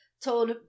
told